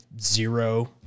zero